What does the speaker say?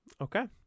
Okay